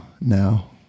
now